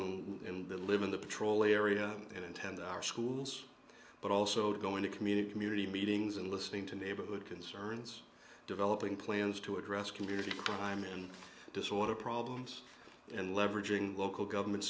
him that live in the patrol area and intend our schools but also to go into community community meetings and listening to neighborhood concerns developing plans to address community crime and disorder problems and leveraging local government